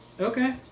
Okay